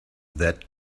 that